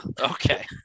Okay